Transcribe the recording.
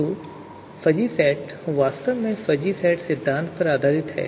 तो fuzzy set वास्तव में फ़ज़ी सेट सिद्धांत पर आधारित है